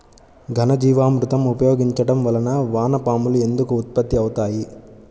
ఘనజీవామృతం ఉపయోగించటం వలన వాన పాములు ఎందుకు ఉత్పత్తి అవుతాయి?